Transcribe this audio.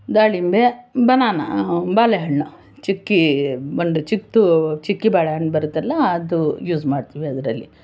ದಾಳಿಂಬೆ ಬನಾನ ಬಾಳೆಹಣ್ಣು ಚಿಕ್ಕಿ ಬಂದು ಚಿಕ್ಕದು ಚಿಕ್ಕಿ ಬಾಳೆಹಣ್ಣು ಬರುತ್ತಲ್ಲ ಅದು ಯೂಸ್ ಮಾಡ್ತೀವಿ ಅದರಲ್ಲಿ